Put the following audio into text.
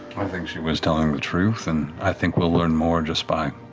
i think she was telling the truth and i think we'll learn more just by